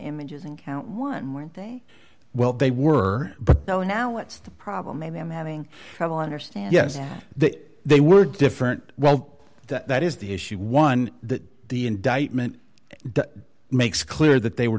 images in count one where they well they were but no now what's the problem maybe i'm having trouble understand yet that they were different well that is the issue one that the indictment that makes clear that they were